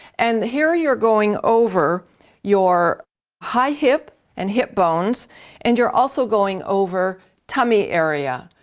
and here you're going over your high hip and hip bones and you're also going over tummy area.